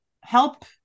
help